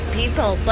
people